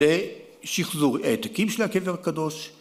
‫לשחזור העתקים של הקבר הקדוש.